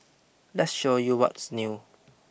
let's show you what's new